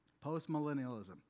post-millennialism